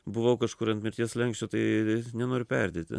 buvau kažkur ant mirties slenksčio tai nenoriu perdėti